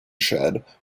shed